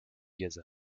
gaza